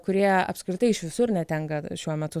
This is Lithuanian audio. kurie apskritai iš visur netenka šiuo metu